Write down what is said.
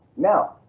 now,